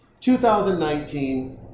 2019